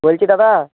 বলছি দাদা